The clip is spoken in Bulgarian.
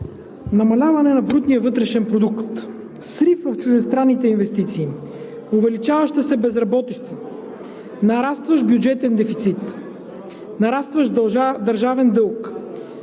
Намаляване на брутния вътрешен продукт, срив в чуждестранните инвестиции, увеличаваща се безработица, нарастващ бюджетен дефицит, нарастващ държавен дълг.